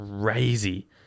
crazy